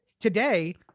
today